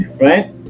right